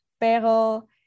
Pero